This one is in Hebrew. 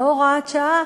לא הוראת שעה,